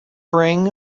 bring